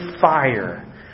fire